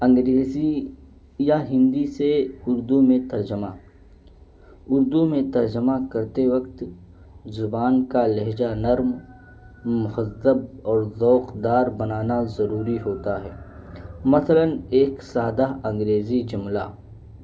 انگریزی یا ہندی سے اردو میں ترجمہ اردو میں ترجمہ کرتے وقت زبان کا لہجہ نرم مخذب اور ذوخ دار بنانا ضروری ہوتا ہے مثلاً ایک سادہ انگریزی جملہ